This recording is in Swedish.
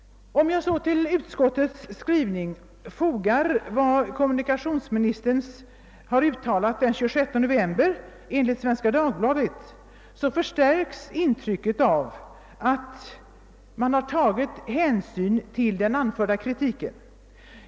Om jag till detta fogar vad kommunikationsministern har uttalat den 26 november enligt Svenska Dagbladet, förstärks intrycket av att man har tagit hänsyn till den anförda kritiken.